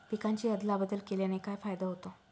पिकांची अदला बदल केल्याने काय फायदा होतो?